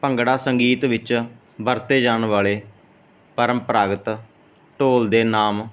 ਭੰਗੜਾ ਸੰਗੀਤ ਵਿੱਚ ਵਰਤੇ ਜਾਣ ਵਾਲੇ ਪਰੰਪਰਾਗਤ ਢੋਲ ਦੇ ਨਾਮ